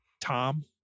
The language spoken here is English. Tom